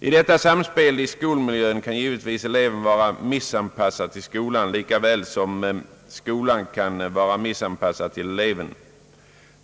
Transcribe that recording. ——— I detta samspel i skolmiljön kan givetvis eleven vara missanpassad till skolan lika väl som skolan kan vara missanpassad till eleven.